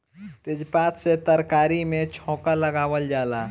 तेजपात से तरकारी में छौंका लगावल जाला